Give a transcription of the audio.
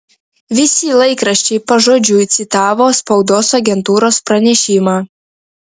visi laikraščiai pažodžiui citavo spaudos agentūros pranešimą